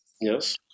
Yes